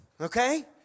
okay